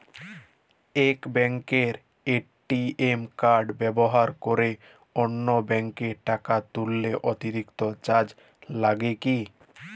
এক ব্যাঙ্কের ATM card ব্যবহার করে অন্য ব্যঙ্কে টাকা তুললে অতিরিক্ত চার্জ লাগে কি?